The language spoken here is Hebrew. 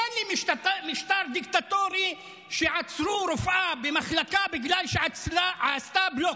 תן לי משטר דיקטטורי שעצרו בו רופאה במחלקה בגלל שעשתה בלוק.